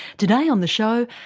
today on the show.